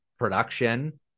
Production